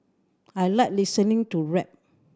I like listening to rap